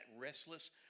restless